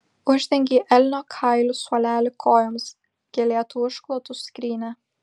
uždengei elnio kailiu suolelį kojoms gėlėtu užklotu skrynią